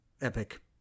epic